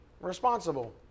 responsible